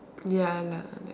ya lah like